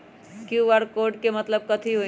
QR code के मतलब कथी होई?